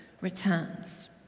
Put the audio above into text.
returns